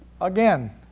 Again